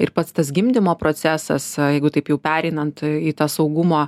ir pats tas gimdymo procesas jeigu taip jau pereinant į tą saugumą